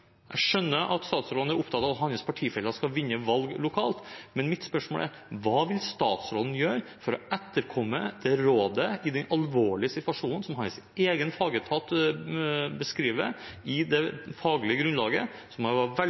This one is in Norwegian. Jeg skjønner at statsråden er opptatt av at hans partifeller skal vinne valg lokalt, men mitt spørsmål er: Hva vil statsråden gjøre for å etterkomme det rådet i den alvorlige situasjonen som hans egen fagetat beskriver i det faglige grunnlaget, som han var